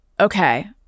okay